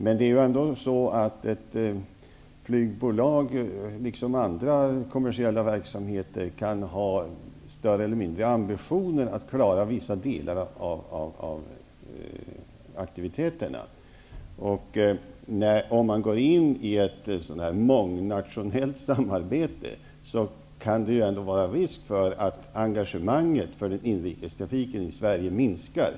Men ett flygbolag, liksom andra kommersiella verksamheter, kan ju ändå ha större eller mindre ambitioner att klara vissa delar av aktiviteterna. Om SAS går in i ett mångnationellt samarbete, kan det ju finnas risk för att engagemanget för inrikestrafiken i Sverige minskar.